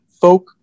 folk